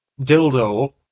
Dildo